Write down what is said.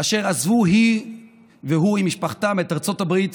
אשר עזבו, היא והוא עם משפחתם, את ארצות הברית,